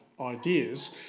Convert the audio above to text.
ideas